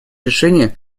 решение